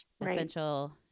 essential